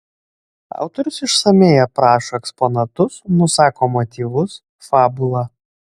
autorius išsamiai aprašo eksponatus nusako motyvus fabulą